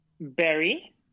Berry